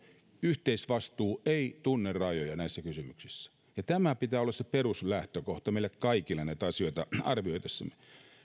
yhteisvastuu ei tunne rajoja näissä kysymyksissä ja tämän pitää olla peruslähtökohta meille kaikille näitä asioita arvioidessamme